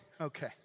okay